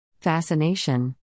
Fascination